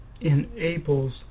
enables